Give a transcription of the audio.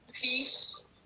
peace